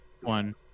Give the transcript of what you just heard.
one